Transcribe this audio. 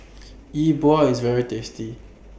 Yi Bua IS very tasty